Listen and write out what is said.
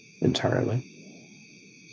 entirely